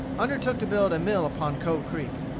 undertook to build a mill upon cove creek.